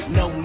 no